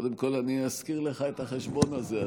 קודם כול, אני אזכיר לך את החשבון הזה.